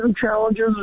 Challenges